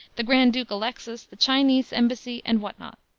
the grand duke alexis, the chinese embassy and what not.